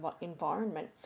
environment